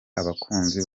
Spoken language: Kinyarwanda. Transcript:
abakunzi